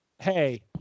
Hey